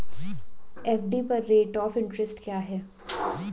FD पर rate of interest क्या है?